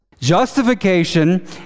Justification